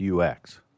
UX